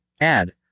Add